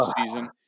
season